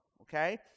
Okay